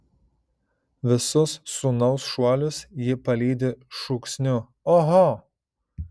visus sūnaus šuolius ji palydi šūksniu oho